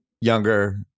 younger